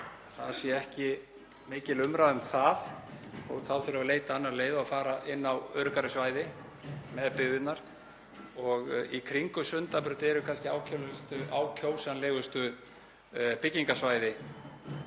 það sé ekki mikil umræða um það. Þá þurfum við að leita annarra leiða og fara inn á öruggari svæði með byggðirnar og í kringum Sundabraut eru kannski ákjósanlegustu byggingarsvæðin